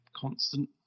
constant